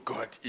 God